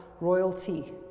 royalty